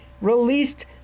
released